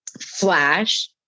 Flash